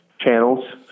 channels